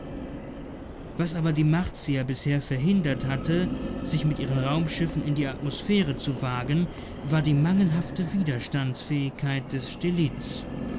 was aber die martier bisher verhindert hatte sich mit ihren raumschiffen in die atmosphäre zu wagen war die mangelhafte widerstandsfähigkeit des stellits